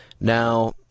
Now